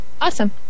Awesome